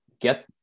get